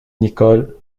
nicholl